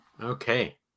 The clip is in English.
okay